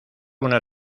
una